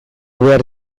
behar